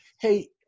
Hey